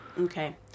Okay